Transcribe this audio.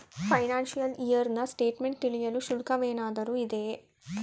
Financial year ನ statement ತಿಳಿಯಲು ಶುಲ್ಕವೇನಾದರೂ ಇದೆಯೇ?